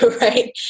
Right